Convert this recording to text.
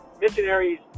missionaries